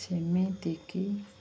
ସେମିତିକି